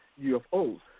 UFOs